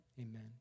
amen